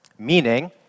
Meaning